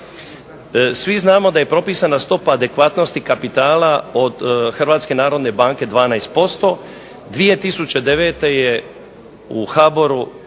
Svi znamo da je propisana stopa adekvatnosti kapitala od Hrvatske narodne banke 12%. 2009. je u HBOR-u